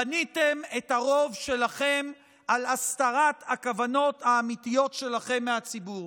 בניתם את הרוב שלכם על הסתרת הכוונות האמיתיות שלכם מהציבור.